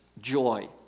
joy